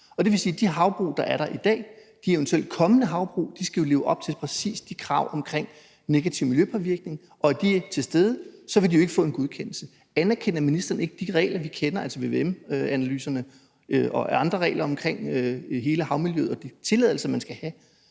Det vil sige, at de havbrug, der er der i dag, og de eventuelt kommende havbrug jo skal leve op til præcis de krav om negativ miljøpåvirkning. Er de ikke til stede, kan de jo ikke få en godkendelse. Anerkender ministeren ikke de regler, vi kender, altså vvm-analyserne og andre regler omkring hele havmiljøet og de tilladelser, man skal have,